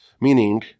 Meaning